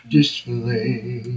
Display